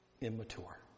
Immature